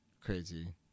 crazy